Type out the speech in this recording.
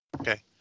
Okay